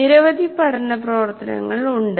നിരവധി പഠന പ്രവർത്തനങ്ങൾ ഉണ്ട്